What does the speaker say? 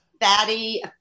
fatty